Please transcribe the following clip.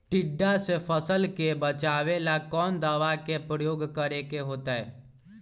टिड्डा से फसल के बचावेला कौन दावा के प्रयोग करके होतै?